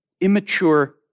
Immature